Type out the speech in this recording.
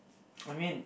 I mean